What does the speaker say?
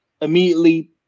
immediately